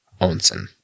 Onsen